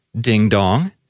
ding-dong